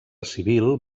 civil